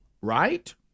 right